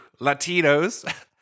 Latinos